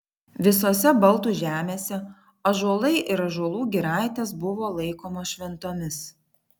visose baltų žemėse ąžuolai ir ąžuolų giraitės buvo laikomos šventomis